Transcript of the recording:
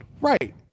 Right